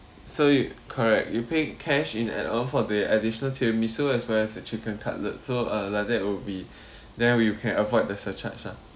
so you correct you pay cash in add on for the additional tiramisu as well as the chicken cutlet so uh like that would be then will you can avoid the surcharge ah